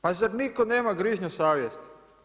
Pa zar nitko nema grižnju savjesti?